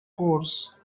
course